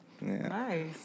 Nice